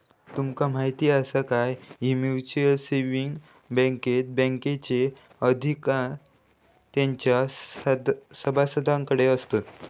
तुमका म्हायती आसा काय, की म्युच्युअल सेविंग बँकेत बँकेचे अधिकार तेंच्या सभासदांकडे आसतत